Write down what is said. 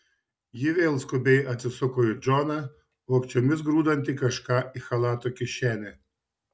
ji vėl skubiai atsisuko į džoną vogčiomis grūdantį kažką į chalato kišenę